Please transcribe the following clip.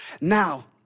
Now